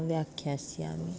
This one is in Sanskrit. व्याख्यास्यामि